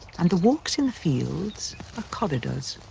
and the walks in the fields are corridors.